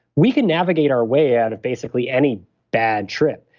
we can navigate our way out of basically any bad trip.